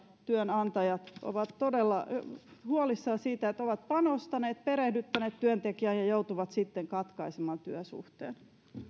työnantajat ovat todella huolissaan siitä että ovat panostaneet perehdyttäneet työntekijän ja joutuvat sitten katkaisemaan työsuhteen